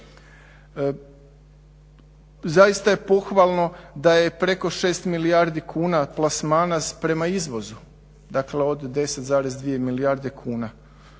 Zaista je pohvalno da je preko 6 milijardi kuna plasmana prema izvozu, dakle od 10,2 milijarde kuna.